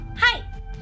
Hi